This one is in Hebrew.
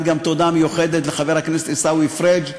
גם תודה מיוחדת לחבר הכנסת עיסאווי פריג',